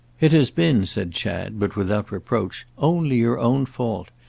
it has been, said chad, but without reproach, only your own fault.